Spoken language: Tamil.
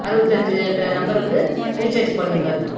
அறுவத்தஞ்சு என்ற நம்பருக்கு ரீசார்ஜு பண்ணுங்கள்